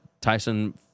Tyson